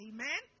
Amen